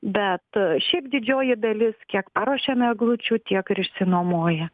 bet šiaip didžioji dalis kiek paruošiame eglučių tiek ir išsinuomoja